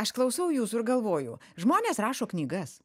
aš klausau jūsų ir galvoju žmonės rašo knygas